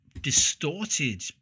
distorted